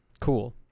Cool